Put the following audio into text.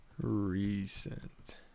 recent